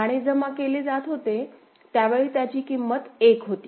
नाणे जमा केले जात होते त्यावेळी त्याची किंमत एक होती